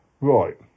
Right